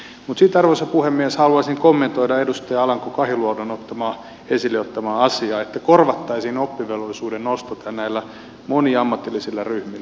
mutta sitten arvoisa puhemies haluaisin kommentoida edustaja alanko kahiluodon esille ottamaa asiaa sitä että korvattaisiin oppivelvollisuuden nosto näillä moniammatillisilla ryhmillä